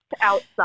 outside